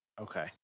Okay